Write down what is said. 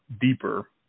deeper